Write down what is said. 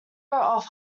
off